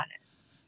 honest